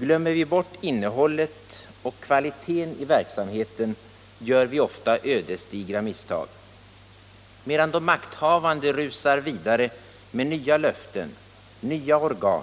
Glömmer vi bort innehållet och kvaliteten i verksamheten, gör vi ofta ödesdigra misstag. Medan de makthavande rusar vidare med nya löften, nya organ,